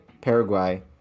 Paraguay